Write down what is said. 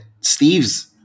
Steve's